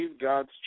God's